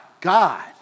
God